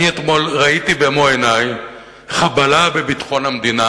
אני ראיתי אתמול במו עיני חבלה בביטחון המדינה